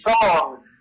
song